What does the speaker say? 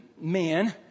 man